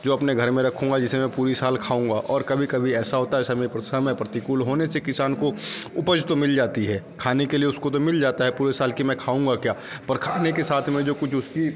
जो अपने घर में रखूँगा जिसे मैं पूरी साल खाऊँगा और कभी कभी ऐसा होता है समय पर समय प्रतिकूल होने से किसान को उपज तो मिल जाती है खाने के लिए उसको तो मिल जाता है पूरे साल की मैं खाऊँगा क्या पर खाने के साथ में जो कुछ उसकी